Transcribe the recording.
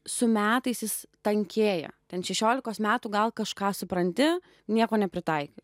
su metais jis tankėja ten šešiolikos metų gal kažką supranti nieko nepritaikius